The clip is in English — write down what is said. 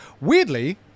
weirdly